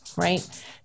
Right